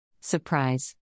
Surprise